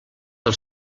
del